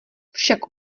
však